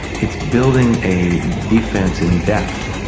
it's building a defence in depth,